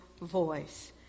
voice